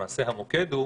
למעשה, המוקד הוא